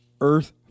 Earth